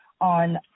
on